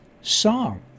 song